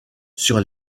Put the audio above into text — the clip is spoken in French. sur